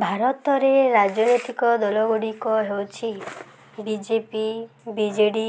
ଭାରତରେ ରାଜନୈତିକ ଦଲଗୁଡ଼ିକ ହେଉଛି ବିଜେପି ବିଜେଡ଼ି